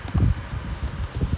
ஆமா ஆனா:aamaa aanaa school lah